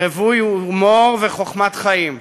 רווי הומור וחוכמת חיים.